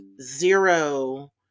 zero